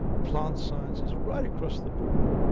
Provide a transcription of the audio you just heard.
plant sciences, right across the board,